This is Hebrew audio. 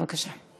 בבקשה.